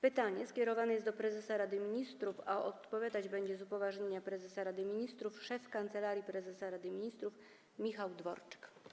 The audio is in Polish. Pytanie skierowane jest do prezesa Rady Ministrów, a odpowiadać będzie, z upoważnienia prezesa Rady Ministrów, szef Kancelarii Prezesa Rady Ministrów Michał Dworczyk.